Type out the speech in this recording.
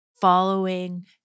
following